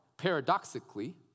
paradoxically